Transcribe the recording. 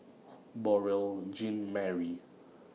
Beurel Jean Marie